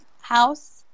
house